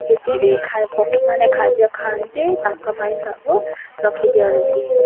ଯେତେବି ଖା ପକ୍ଷୀମାନେ ଖାଦ୍ୟ ଖାଆନ୍ତି ତାଙ୍କ ପାଇଁ ସବୁ ରଖି ଦିଅନ୍ତି